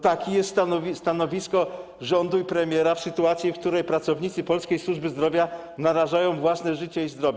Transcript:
Takie jest stanowisko rządu i premiera w sytuacji, w której pracownicy polskiej służby zdrowia narażają własne życie i zdrowie.